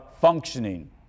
functioning